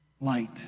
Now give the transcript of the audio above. light